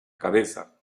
cabeza